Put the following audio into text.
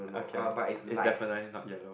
okay it's definitely not yellow